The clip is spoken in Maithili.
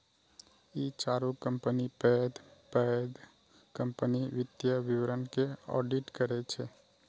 ई चारू कंपनी पैघ पैघ कंपनीक वित्तीय विवरण के ऑडिट करै छै